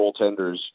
goaltenders